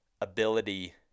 ability –